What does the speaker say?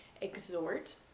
exhort